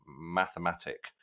mathematic